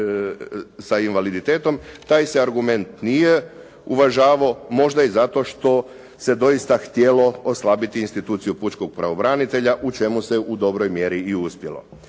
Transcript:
sa invaliditetom taj se argument nije uvažavao, možda i zato što se doista htjelo oslabiti instituciju pučkog pravobranitelja, u čemu se u dobroj mjeri i uspjelo.